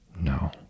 no